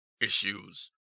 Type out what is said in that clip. issues